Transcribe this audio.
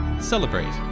celebrate